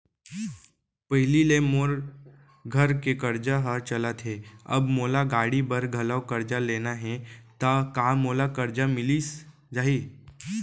पहिली ले मोर घर के करजा ह चलत हे, अब मोला गाड़ी बर घलव करजा लेना हे ता का मोला करजा मिलिस जाही?